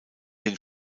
den